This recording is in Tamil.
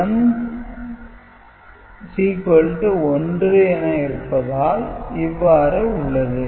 M 1 என இருப்பதால் இவ்வாறு உள்ளது